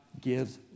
gives